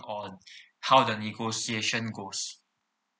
on how the negotiation goes